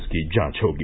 इसकी जांच होगी